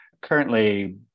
currently